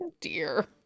dear